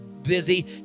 busy